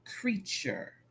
creature